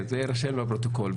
זה יירשם לפרוטוקול.